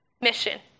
mission